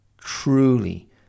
truly